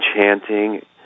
chanting